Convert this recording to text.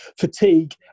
fatigue